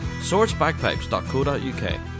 SourceBagpipes.co.uk